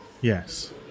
yes